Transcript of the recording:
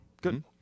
Good